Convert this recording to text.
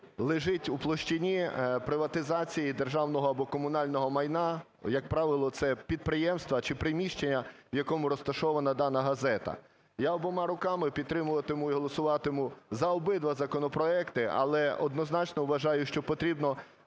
лежить у площині приватизації державного або комунального майна, як правило, це підприємство чи приміщення, в якому розташована дана газета. Я обома руками підтримуватиму і голосуватиму за обидва законопроекти, але однозначно вважаю, що потрібно